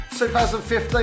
2015